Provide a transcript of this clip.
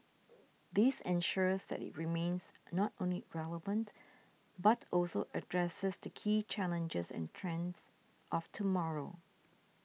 this ensures that it remains not only relevant but also addresses the key challenges and trends of tomorrow